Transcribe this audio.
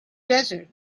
desert